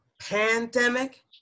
pandemic